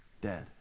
Dead